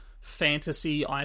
fantasy